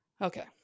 Okay